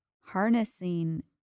harnessing